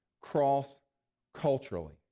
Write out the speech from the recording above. cross-culturally